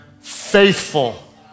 faithful